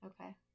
Okay